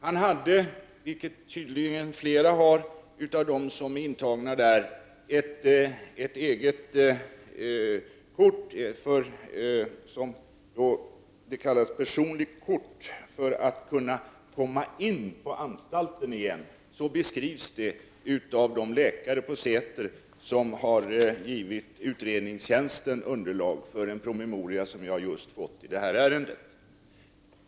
Han hade ett eget personligt kort för att kunna komma in på anstalten igen, och detta gäller tydligen flera av de intagna där. Så beskrivs det av de läkare på Säter som har givit utredningstjänsten underlag för en promemoria i detta ärende som jag just har fått.